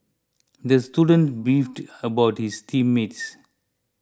the student beefed about his team mates